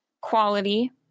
quality